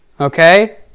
Okay